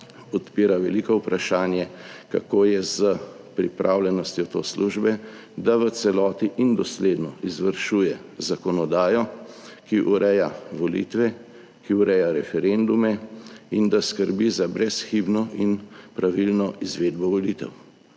odpira veliko vprašanje, kako je s pripravljenostjo te službe, da v celoti in dosledno izvršuje zakonodajo, ki ureja volitve, ki ureja referendume ter skrbi za brezhibno in pravilno izvedbo volitev.